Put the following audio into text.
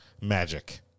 magic